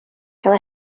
gael